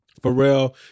Pharrell